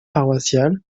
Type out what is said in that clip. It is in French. paroissiale